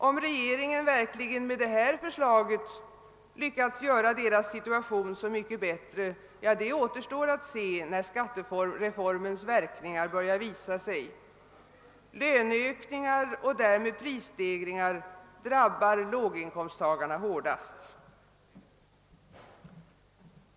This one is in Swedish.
:Om regeringen verkligen med: det här förslaget lyckats göra deras situation så mycket bättre; återstår att se när skattereformens verkningar börja visa sig: löneökningar och därmed ' prisstegringar drabbar lågin komsttagarna hårdast.